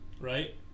right